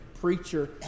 preacher